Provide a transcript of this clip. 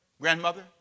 Grandmother